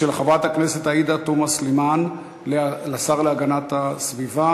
של חברת הכנסת עאידה תומא סלימאן לשר להגנת הסביבה.